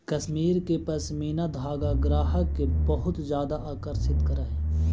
कश्मीर के पशमीना धागा ग्राहक के बहुत ज्यादा आकर्षित करऽ हइ